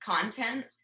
content